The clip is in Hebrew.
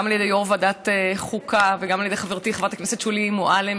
גם על ידי יושב-ראש ועדת חוקה וגם על ידי חברתי חברת הכנסת שולי מועלם,